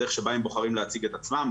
בדרך שבה הם בוחרים להציג את עצמם,